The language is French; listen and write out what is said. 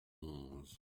onze